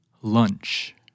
Lunch